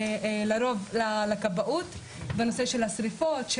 כמו הכבאות בנושא של שריפות,